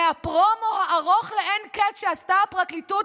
מהפרומו הארוך לאין קץ שעשתה הפרקליטות